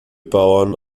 bauern